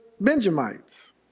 Benjamites